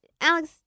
Alex